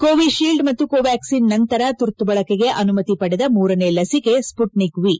Covishield ಮತ್ತು Covaxin ನಂತರ ತುರ್ತು ಬಳಕೆಗೆ ಅನುಮತಿ ಪಡೆದ ಮೂರನೇ ಲಸಿಕೆ ಸ್ಪುಟ್ಟಿಕ್ ವಿ